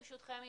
ברשותכם,